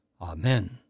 Amen